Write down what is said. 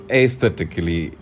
Aesthetically